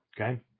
okay